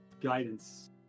guidance